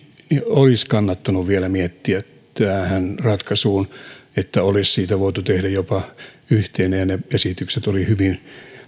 olisi kannattanut vielä miettiä että olisi siitä voitu tehdä jopa yhteinen ne esitykset olivat hyvin